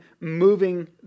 moving